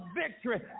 victory